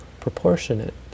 proportionate